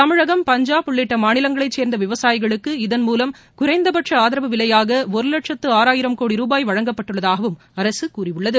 தமிழகம் பஞ்சாப் உள்ளிட்ட மாநிலங்களை சேர்ந்த விவசாயிகளுக்கு இதன்மூலம் குறைந்தபட்ச ஆதரவு விலையாக ஒரு வட்சத்து ஆறாயிரம் கோடி ரூபாய் வழங்கப்பட்டுள்ளதாகவும் அரசு கூறியுள்ளது